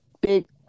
big